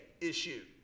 issue